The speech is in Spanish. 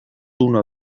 uno